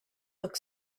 look